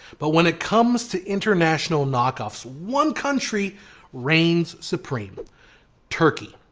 but when it comes to international knock-offs one country reigns supreme turkey.